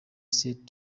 set